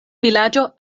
vilaĝo